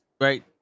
Right